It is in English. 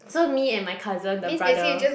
so me and my cousin the brother